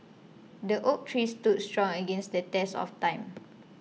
the oak tree stood strong against the test of time